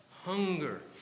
hunger